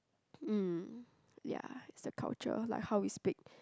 mm ya it's the culture like how we speak